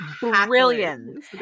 brilliant